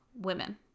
women